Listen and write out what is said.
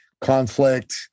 conflict